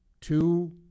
two